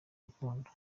urukundo